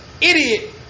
idiot